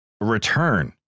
return